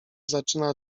zaczyna